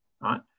Right